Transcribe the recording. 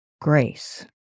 grace